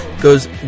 goes